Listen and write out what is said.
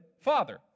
father